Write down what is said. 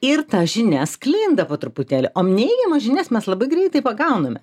ir ta žinia sklinda po truputėlį o neigiamas žinias mes labai greitai pagauname